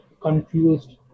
confused